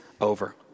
over